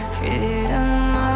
Freedom